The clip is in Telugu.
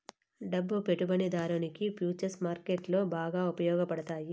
డబ్బు పెట్టుబడిదారునికి ఫుచర్స్ మార్కెట్లో బాగా ఉపయోగపడతాయి